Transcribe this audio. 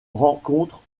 rencontre